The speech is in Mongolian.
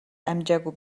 амжаагүй